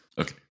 Okay